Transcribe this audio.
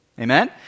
Amen